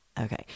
Okay